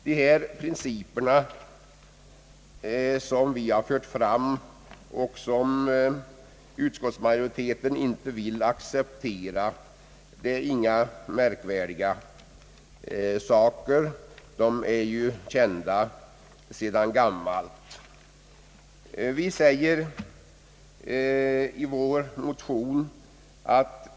De principer som vi har fört fram och som utskottsmajoriteten inte vill acceptera är inga märkvärdiga saker, utan kända sedan gammalt.